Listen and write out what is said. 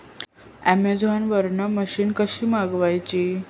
Amazon वरन machine कशी मागवची?